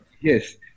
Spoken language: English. Yes